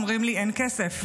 אומרים לי: אין כסף.